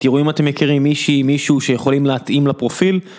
תראו אם אתם מכירים מישהי, מישהו שיכולים להתאים לפרופיל.